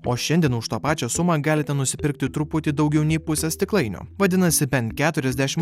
o šiandien už tą pačią sumą galite nusipirkti truputį daugiau nei pusę stiklainio vadinasi bent keturiasdešimt